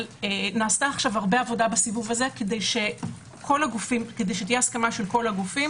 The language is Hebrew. אבל נעשתה הרבה עבודה בסיבוב הזה כדי שתהיה הסכמה של כל הגופים